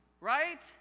Right